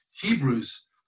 Hebrews